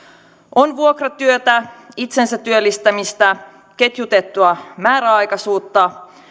on vuokratyötä itsensä työllistämistä ketjutettua määräaikaisuutta